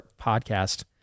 Podcast